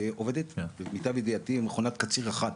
ועובדת למיטב ידיעתי מכונת קציר אחת,